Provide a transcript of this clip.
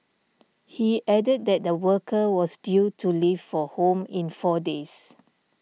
he added that the worker was due to leave for home in four days